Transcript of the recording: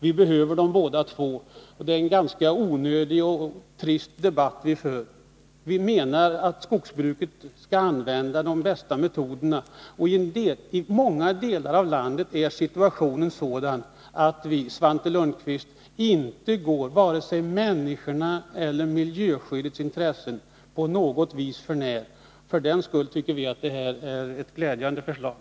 Vi behöver dem båda två, och det är en ganska onödig och trist debatt som förs. Vi menar att skogsbruket skall använda de bästa metoderna, och i många delar av landet är situationen sådan att vi, Svante Lundkvist, inte gör vare sig människorna eller miljöskyddet någon för när. För den skull anser vi att det här är ett bra förslag.